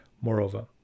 Moreover